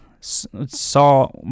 Saw